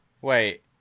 Wait